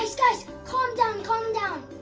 guys, guys! calm down, calm down!